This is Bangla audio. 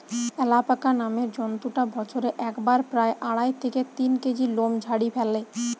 অ্যালাপাকা নামের জন্তুটা বছরে একবারে প্রায় আড়াই থেকে তিন কেজি লোম ঝাড়ি ফ্যালে